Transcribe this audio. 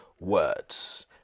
words